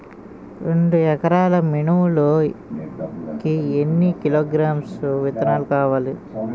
రెండు ఎకరాల మినుములు కి ఎన్ని కిలోగ్రామ్స్ విత్తనాలు కావలి?